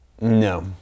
No